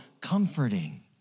comforting